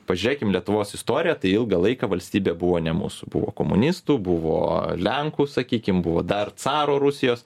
pažiūrėkim lietuvos istoriją tai ilgą laiką valstybė buvo ne mūsų buvo komunistų buvo lenkų sakykim buvo dar caro rusijos